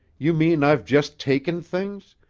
you mean i've just taken things,